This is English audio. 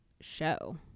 show